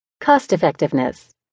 Cost-Effectiveness